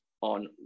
on